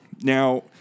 Now